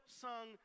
sung